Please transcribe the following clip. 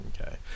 Okay